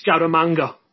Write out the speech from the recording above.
Scaramanga